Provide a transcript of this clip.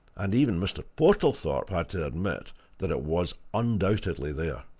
and even mr. portlethorpe had to admit that it was undoubtedly there.